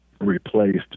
replaced